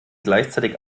gleichzeitig